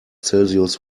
celsius